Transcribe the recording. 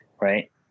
right